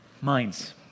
Minds